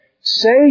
say